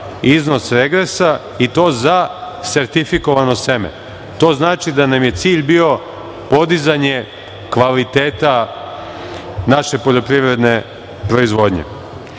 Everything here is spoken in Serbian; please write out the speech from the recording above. iznos regresa i to za sertifikovano seme. To znači da nam je cilj bio podizanje kvaliteta naša poljoprivredne proizvodnje. Tačka